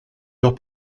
leurs